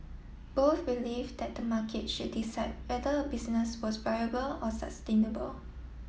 both believed the market should decide whether a business was viable or sustainable